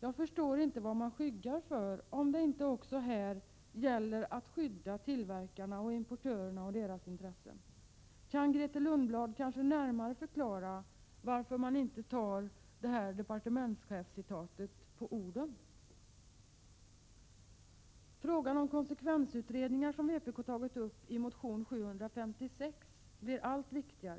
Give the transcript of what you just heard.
Jag förstår inte vad man skyggar för, om det inte även här gäller att skydda tillverkarnas och importörernas intressen. Kan Grethe Lundblad närmare förklara varför inte utskottet tar fasta på departementschefens uttalande enligt citatet och tar honom på orden? Kravet på konsekvensutredningar, som vpk framfört i motion 756, blir allt viktigare.